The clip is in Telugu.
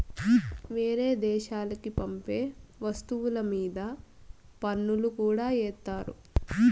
వేరే దేశాలకి పంపే వస్తువుల మీద పన్నులు కూడా ఏత్తారు